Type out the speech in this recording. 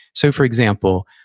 so, for example,